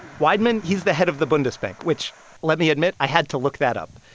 weidmann he's the head of the bundesbank, which let me admit i had to look that up.